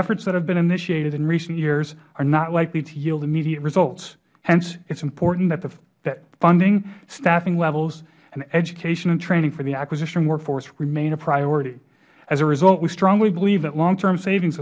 efforts that have been initiated in recent years are not likely to yield immediate results hence it is important that funding staffing levels and education and training for the acquisition workforce remain a priority as a result we strongly believe that long term savings